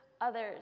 others